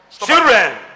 Children